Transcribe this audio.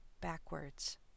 backwards